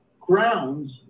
grounds